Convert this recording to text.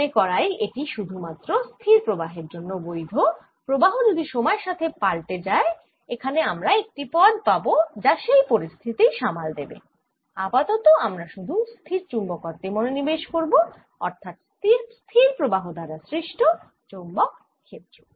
আবার মনে করাই এটি শুধু মাত্র স্থির প্রবাহের জন্য বৈধ প্রবাহ যদি সময়ের সাথে পাল্টে যায় এখানে আমরা একটি পদ পাবো যা সেই পরিস্থিতি সামাল দেবে আপাতত আমরা শুধু স্থিরচুম্বকত্বে মনোনিবেশ করব অর্থাৎ স্থির প্রবাহ দ্বারা সৃষ্ট চৌম্বক ক্ষেত্র